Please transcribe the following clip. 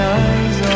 eyes